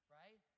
right